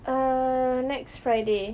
err next friday